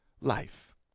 life